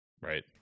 right